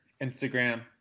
Instagram